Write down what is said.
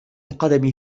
القدم